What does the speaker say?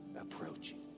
approaching